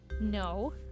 No